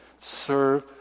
serve